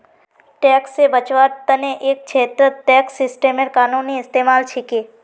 tax से बचवार तने एक छेत्रत टैक्स सिस्टमेर कानूनी इस्तेमाल छिके